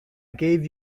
gave